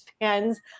fans